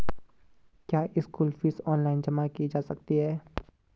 क्या school fees online जमा की जा सकती है?